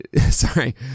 Sorry